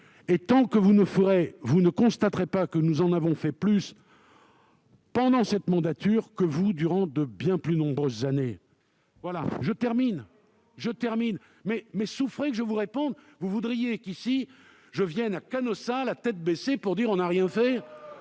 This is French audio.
et tant que vous ne reconnaîtrez pas que nous en avons fait plus pendant cette mandature que vous durant de bien plus nombreuses années. Je termine, mais souffrez que je vous réponde ! Vous voudriez que je vienne à Canossa, la tête baissée, pour dire que nous n'avons rien fait ?